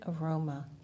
aroma